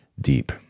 deep